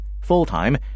full-time